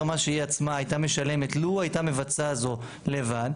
מה שהיא עצמה הייתה משלמת לו הייתה מבצעת זאת לבד,